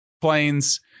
planes